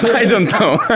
i don't know.